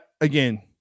again